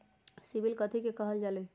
CIBIL कथि के काहल जा लई?